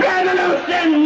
Revolution